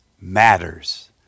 Matters